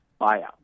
buyout